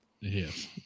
Yes